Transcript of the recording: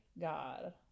God